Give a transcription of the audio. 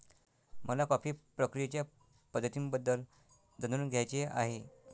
मला कॉफी प्रक्रियेच्या पद्धतींबद्दल जाणून घ्यायचे आहे